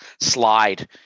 slide